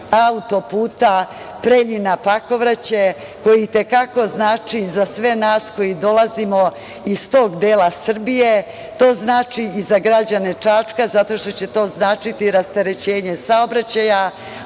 auto-puta Preljina - Pakovraće, koji i te kako znači za sve nas koji dolazimo iz tog dela Srbije, to znači i za građane Čačka, zato što će to značiti rasterećenja saobraćaja,